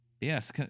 Yes